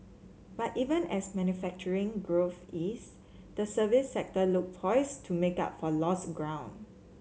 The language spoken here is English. but even as manufacturing growth ease the services sector looks poised to make up for lost ground